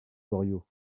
goriot